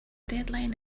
deadline